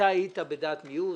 היית בדעת מיעוט?